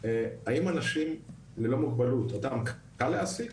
האם אנשים ללא מוגבלות אותם קל להעסיק?